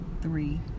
three